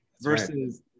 versus